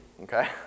okay